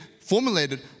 formulated